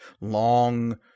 Long